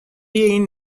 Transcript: این